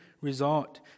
result